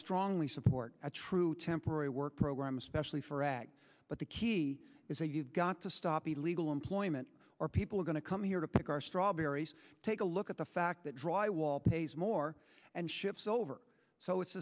strongly support a true temporary worker program especially firaaq but the key is that you've got to stop illegal employment or people are going to come here to pick our strawberries take a look at the fact that dry wall pays more and ships over so it's